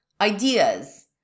ideas